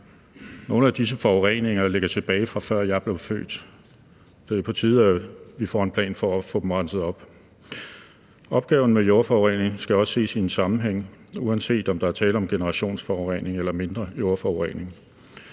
Nogle af disse forureninger ligger tilbage, fra før jeg blev født. Det er på tide, at vi får en plan for at få dem renset op. Opgaven med jordforurening skal også ses i en sammenhæng, uanset om der er tale om generationsforurening eller mindre jordforurening.